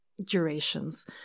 durations